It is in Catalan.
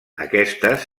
aquestes